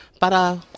para